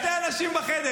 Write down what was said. שני אנשים בחדר.